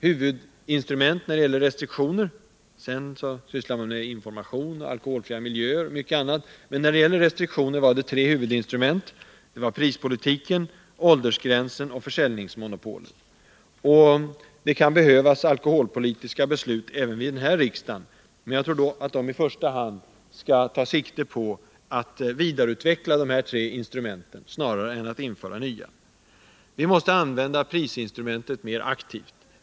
Riksdagsbeslutet omfattade — förutom frågor om information, alkoholfria miljöer och mycket annat — tre huvudinstrument när det gäller restriktionerna: prispolitiken, åldersgränsen och försäljningsmonopolet. Det kan bli nödvändigt med alkoholpolitiska beslut också för den här riksdagen, men jag tror att man då i första hand skall ta sikte på att vidareutveckla dessa tre instrument, snarare än att införa nya. Vi måste använda prisinstrumentet mer aktivt.